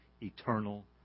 eternal